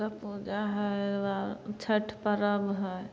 दुर्गापूजा हइ ओहिके बाद छठि परब हइ